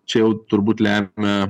čia jau turbūt lemia